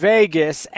Vegas